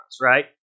right